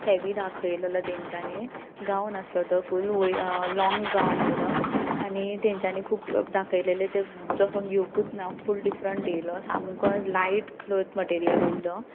heavy दाखयल्लो तांच्यांनी गाव्न आसलो तो फूल लॉन्ग गावन आसलो आनी तांच्यानी खूब दाखयललें तें जसो येवंकच ना खूब डिफरेंट आयलो सामको लायट क्लोथ मटेरियल आयलो